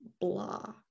blah